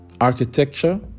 Architecture